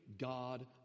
God